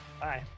Bye